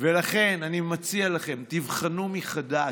ולכן אני מציע לכם, תבחנו מחדש,